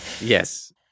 Yes